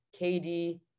KD